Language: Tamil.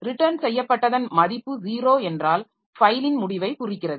ரிட்டன் செய்யப்பட்டதன் மதிப்பு 0 என்றால் ஃபைலின் முடிவைக் குறிக்கிறது